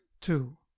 two